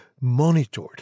monitored